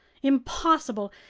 impossible,